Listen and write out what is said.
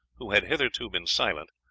who had hitherto been silent,